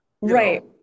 Right